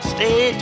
Stay